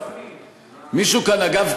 אגב,